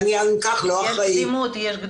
יש קדימות.